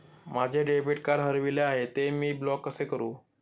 माझे debit card हरविले आहे, ते मी ब्लॉक कसे करु?